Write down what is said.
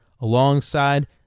alongside